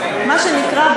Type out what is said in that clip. מה שנקרא,